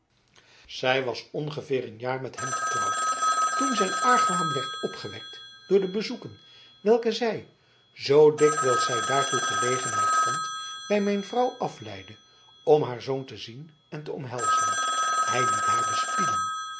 zij was ongeveer een jaar met hem gehuwd toen zijn argwaan werd opgewekt door de bezoeken welke zij zoo dikwijls zij daartoe gelegenheid vond bij mijn vrouw afleidde om haar zoon te zien en te omhelzen hij liet haar bespieden